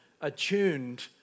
attuned